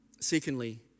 Secondly